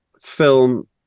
film